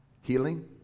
healing